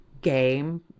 game